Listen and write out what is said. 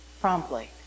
promptly